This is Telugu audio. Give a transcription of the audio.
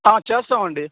చేస్తాం అండి